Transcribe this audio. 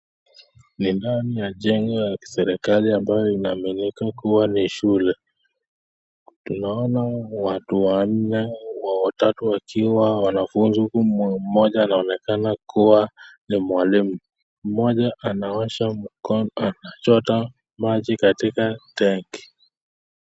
Ni ndani ya jengo ya kiserikali ambayo inaaminika kuwa ni shule. Tunaona watu wanne, watatu wakiwa wanafunzi huku mmoja anaonekana kuwa ni mwalimu. Mmoja anaosha mkono, anachota maji katika tanki.